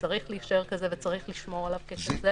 וצריך להישאר כזה וצריך לשמור עליו ככזה,